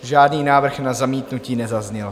Žádný návrh na zamítnutí nezazněl.